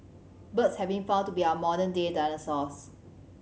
birds have been found to be our modern day dinosaurs